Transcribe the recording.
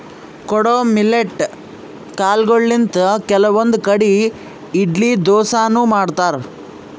ಕೊಡೊ ಮಿಲ್ಲೆಟ್ ಕಾಲ್ಗೊಳಿಂತ್ ಕೆಲವಂದ್ ಕಡಿ ಇಡ್ಲಿ ದೋಸಾನು ಮಾಡ್ತಾರ್